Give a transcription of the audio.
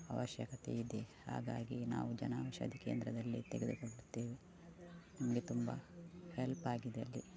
ಅವಶ್ಯಕತೆ ಇದೆ ಹಾಗಾಗಿ ನಾವು ಜನೌಷಧಿ ಕೇಂದ್ರದಲ್ಲಿ ತೆಗೆದುಕೊಳ್ಳುತ್ತೇವೆ ನಮಗೆ ತುಂಬ ಹೆಲ್ಪಾಗಿದೆ ಅಲ್ಲಿ